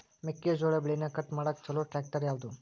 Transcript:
ಮೆಕ್ಕೆ ಜೋಳ ಬೆಳಿನ ಕಟ್ ಮಾಡಾಕ್ ಛಲೋ ಟ್ರ್ಯಾಕ್ಟರ್ ಯಾವ್ದು?